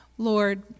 Lord